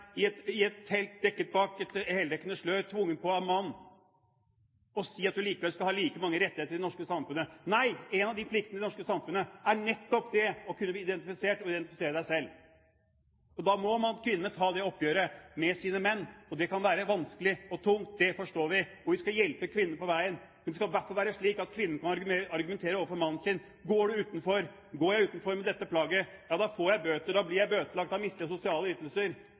et telt, være dekket bak et heldekkende slør, tvunget på av en mann, og si at man likevel skal ha like mange rettigheter i det norske samfunnet. Nei! En av pliktene i det norske samfunnet er nettopp det å kunne bli identifisert og selv kunne identifisere. Da må kvinnene ta det oppgjøret med sine menn. Det kan være vanskelig og tungt – det forstår vi. Vi skal hjelpe kvinnene på veien, men det skal i hvert fall være slik at kvinnene kan argumentere overfor sine menn: Går jeg utenfor med dette plagget, blir jeg